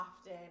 often